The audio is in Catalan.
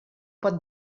pot